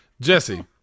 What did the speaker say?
Jesse